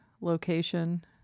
location